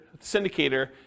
syndicator